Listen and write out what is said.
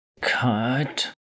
Cut